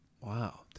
Wow